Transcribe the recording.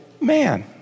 man